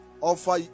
offer